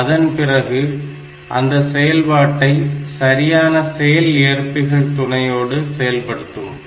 அறிந்தபிறகு அந்த செயல்பாட்டை சரியான செயல்ஏற்பிகள் துணையோடு செயல்படுத்தும்